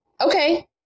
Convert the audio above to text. Okay